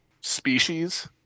species